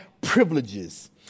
privileges